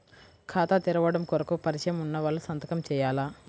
ఖాతా తెరవడం కొరకు పరిచయము వున్నవాళ్లు సంతకము చేయాలా?